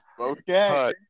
Okay